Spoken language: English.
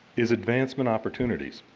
is advancement opportunities.